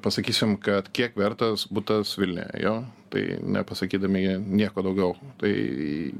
pasakysim kad kiek vertas butas vilniuje jo tai nepasakydami nieko daugiau tai